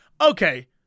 okay